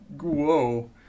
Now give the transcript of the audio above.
whoa